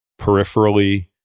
peripherally